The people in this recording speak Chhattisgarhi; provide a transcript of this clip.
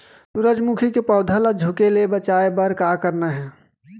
सूरजमुखी के पौधा ला झुके ले बचाए बर का करना हे?